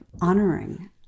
honoring